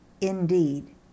indeed